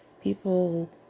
people